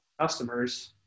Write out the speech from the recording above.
customers